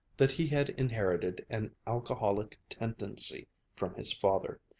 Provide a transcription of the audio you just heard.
that he had inherited an alcoholic tendency from his father.